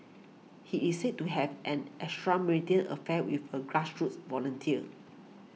he is said to have an affair with a grassroots volunteer